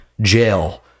jail